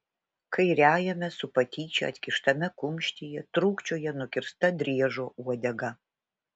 kairiajame su patyčia atkištame kumštyje trūkčioja nukirsta driežo uodega